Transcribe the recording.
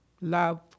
love